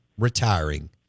retiring